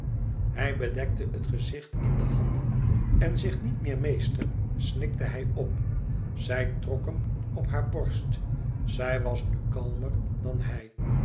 hij bedekte het gezicht in de handen en zich niet meer meester snikte hij op zij trok hem op haar borst zij was nu kalmer dan hij